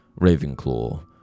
Ravenclaw